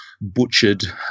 Butchered